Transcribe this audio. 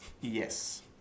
Yes